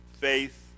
faith